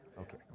Okay